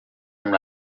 amb